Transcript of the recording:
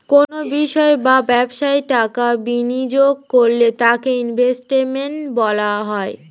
কোনো বিষয় বা ব্যবসায় টাকা বিনিয়োগ করলে তাকে ইনভেস্টমেন্ট বলা হয়